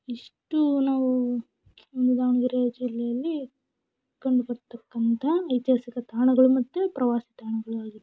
ಇಷ್ಟು ನಾವು ಒಂದು ದಾವಣಗೆರೆ ಜಿಲ್ಲೆಯಲ್ಲಿ ಕಂಡು ಬರತಕ್ಕಂಥ ಐತಿಹಾಸಿಕ ತಾಣಗಳು ಮತ್ತು ಪ್ರವಾಸಿ ತಾಣಗಳಾಗಿರುತ್ತವೆ